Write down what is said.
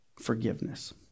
forgiveness